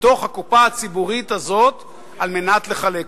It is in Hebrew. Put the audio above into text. מתוך הקופה הציבורית הזאת על מנת לחלק אותה?